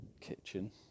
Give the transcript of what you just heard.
Kitchen